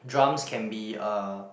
drums can be a